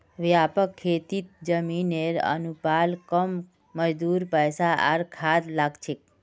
व्यापक खेतीत जमीनेर अनुपात कम मजदूर पैसा आर खाद लाग छेक